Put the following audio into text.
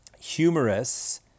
Humorous